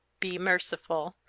be merciful.